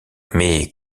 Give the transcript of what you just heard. mais